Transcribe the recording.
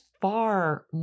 far